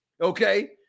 okay